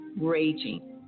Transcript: raging